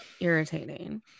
Irritating